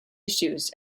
issues